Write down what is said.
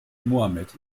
mohammed